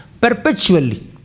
perpetually